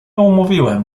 umówiłem